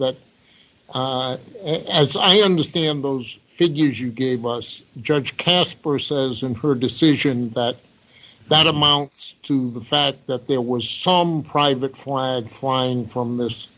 that as i understand those figures you gave us judge casper says in her decision that that amounts to the fact that there was some private quiet plying from this